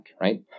right